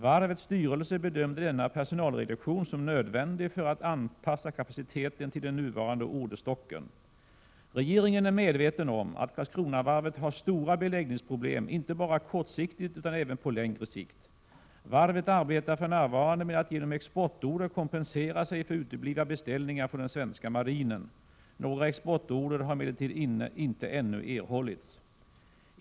Varvets styrelse bedömde denna personalreduktion som nödvändig för att anpassa kapaciteten till den nuvarande orderstocken. Regeringen är medveten om att Karlskronavarvet har stora beläggningsproblem inte bara kortsiktigt utan även på längre sikt. Varvet arbetar för närvarande med att genom exportorder kompensera sig för uteblivna beställningar från den svenska marinen. Några exportorder har emellertid ännu inte erhållits.